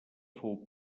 fou